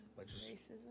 Racism